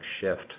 shift